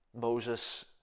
Moses